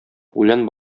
үлән